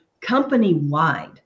company-wide